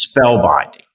spellbinding